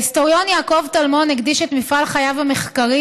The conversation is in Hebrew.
ההיסטוריון יעקב טלמון הקדיש את מפעל חייו המחקרי